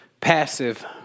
passive